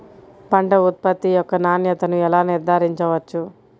పంట ఉత్పత్తి యొక్క నాణ్యతను ఎలా నిర్ధారించవచ్చు?